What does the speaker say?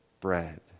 bread